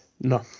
No